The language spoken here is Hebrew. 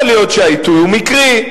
יכול להיות שהעיתוי הוא מקרי,